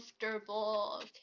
comfortable